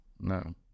no